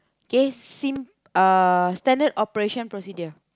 okay sim~ standard operation procedure